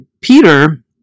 Peter